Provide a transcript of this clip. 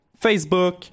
Facebook